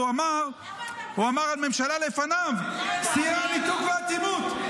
הוא אמר על ממשלה לפניו: שיאי הניתוק והאטימות.